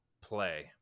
play